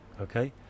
okay